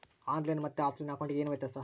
On line ಮತ್ತೆ offline ಅಕೌಂಟಿಗೆ ಏನು ವ್ಯತ್ಯಾಸ?